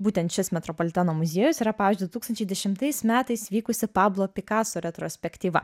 būtent šis metropoliteno muziejus yra pavyzdžiui du tūkstančiai dešimtais metais vykusi pablo pikaso retrospektyva